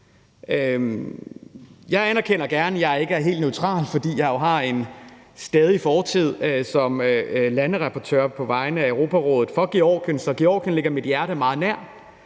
Jeg anerkender gerne, jeg ikke er helt neutral, fordi jeg jo har en fortid som landerapporteur på vegne af Europarådet for Georgien, så Georgien ligger mit hjerte meget nært.